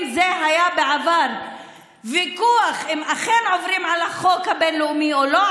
אם היה בעבר ויכוח אם אכן עוברים על החוק הבין-לאומי או לא,